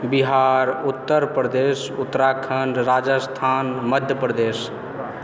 Bihar Uttar Pradesh Uttarakhand Rajasthan Madhya Pradesh